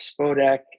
Spodek